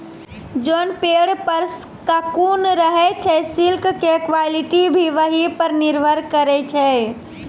जोन पेड़ पर ककून रहै छे सिल्क के क्वालिटी भी वही पर निर्भर करै छै